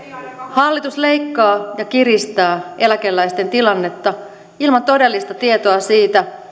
hallitus leikkaa ja kiristää eläkeläisten tilannetta ilman todellista tietoa siitä